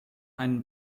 einen